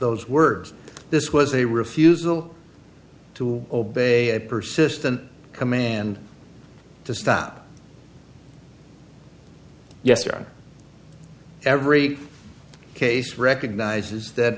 those words this was a refusal to obey a persistent command to stop yes or every case recognizes that